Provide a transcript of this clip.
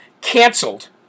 canceled